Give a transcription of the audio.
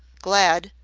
glad,